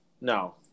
no